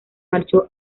marchó